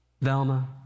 Velma